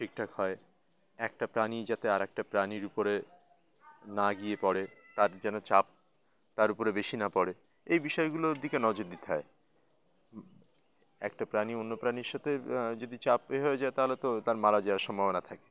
ঠিকঠাক হয় একটা প্রাণী যাতে আর একটা প্রাণীর উপরে না গিয়ে পড়ে তার যেন চাপ তার উপরে বেশি না পড়ে এই বিষয়গুলোর দিকে নজর দিতে হয় একটা প্রাণী অন্য প্রাণীর সাথে যদি চাপ এ হয়ে যায় তাহলে তো তার মারা যাওয়ার সম্ভাবনা থাকে